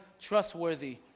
trustworthy